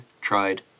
tried